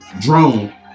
drone